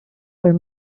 were